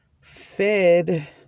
fed